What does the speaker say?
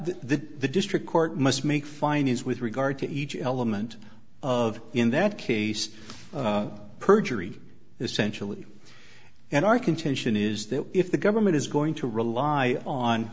that the district court must make findings with regard to each element of in that case perjury essentially and our contention is that if the government is going to rely on